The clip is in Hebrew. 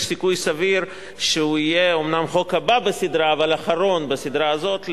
יש סיכוי סביר שהוא יהיה אומנם החוק הבא בסדרה אבל האחרון בסדרה הזאת,